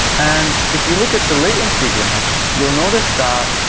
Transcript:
and if you look at the latency graph, you'll notice that